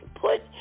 put